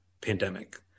pandemic